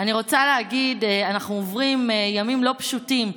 אני רוצה להגיד, אנחנו עוברים ימים לא פשוטים,